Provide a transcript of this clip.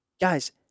guys